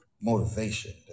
motivation